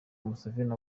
museveni